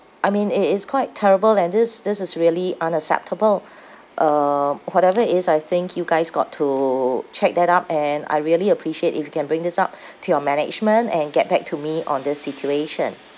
I mean it is quite terrible and this this is really unacceptable um whatever it is I think you guys got to check that up and I really appreciate if you can bring this up to your management and get back to me on this situation